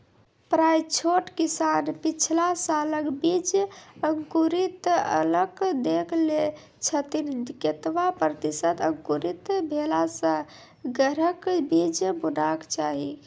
प्रायः छोट किसान पिछला सालक बीज अंकुरित कअक देख लै छथिन, केतबा प्रतिसत अंकुरित भेला सऽ घरक बीज बुनबाक चाही?